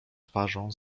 twarzą